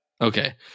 Okay